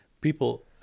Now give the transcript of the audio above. people